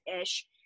ish